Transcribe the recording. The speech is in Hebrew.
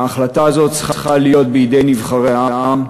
ההחלטה הזאת צריכה להיות בידי נבחרי העם,